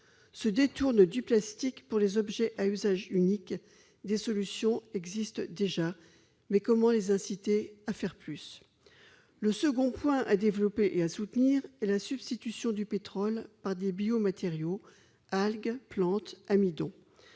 se détournent du plastique pour les objets à usage unique, des solutions existent déjà, mais comment les inciter à faire plus, le second point à développer et à soutenir et la substitution du pétrole par des biomatériaux algues plante amidon,